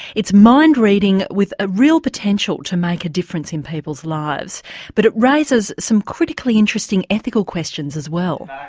it's mind reading with ah real potential to make a difference in people's lives but it raises some critically interesting ethical questions as well.